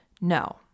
No